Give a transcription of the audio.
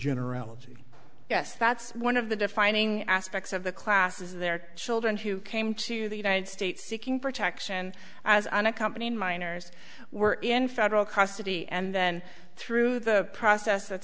generality yes that's one of the defining aspects of the class is their children who came to the united states seeking protection as unaccompanied minors were in federal custody and then through the process that's